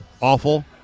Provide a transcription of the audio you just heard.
Awful